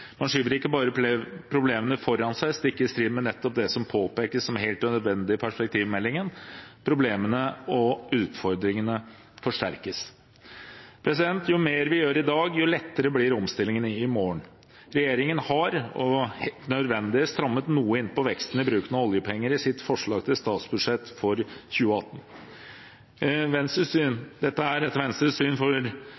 Man skyver ikke bare problemene foran seg stikk i strid med det som påpekes som helt nødvendig i perspektivmeldingen, men problemene og utfordringene forsterkes. Jo mer vi gjør i dag, jo lettere blir omstillingene i morgen. Regjeringen har – helt nødvendig – strammet noe inn på veksten i bruken av oljepenger i sitt forslag til statsbudsjett for 2018. Dette er etter Venstres syn